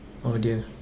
oh dear